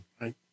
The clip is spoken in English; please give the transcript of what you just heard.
Right